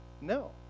No